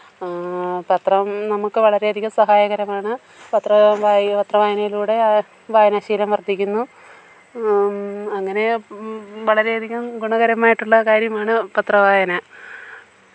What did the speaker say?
പത്രം നമുക്ക് വളരെയധികം സഹായകാരമാണ് പത്രം പത്രവായനയിലൂടെ വായനാശീലം വര്ദ്ധിക്കുന്നു അങ്ങനെ വളരെയധികം ഗുണകരമായിട്ടുള്ള കാര്യമാണ് പത്രവായന